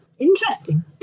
Interesting